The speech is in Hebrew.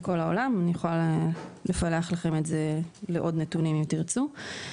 אני יכולה לפלח לכם את זה לעוד נתונים אם תרצו.